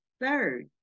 Third